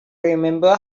remember